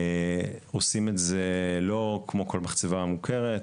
עושים את זה לא כמו כל מחצבה מוכרת,